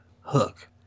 Hook